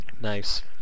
Nice